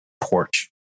porch